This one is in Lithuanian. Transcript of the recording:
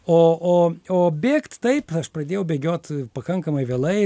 o o o bėkt taip aš pradėjau bėgiot pakankamai vėlai